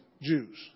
Jews